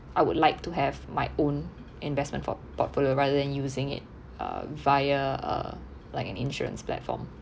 I would like to have my own investment for portfolio rather than using it uh via uh like an insurance platform